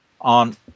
on